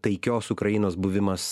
taikios ukrainos buvimas